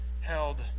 held